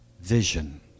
vision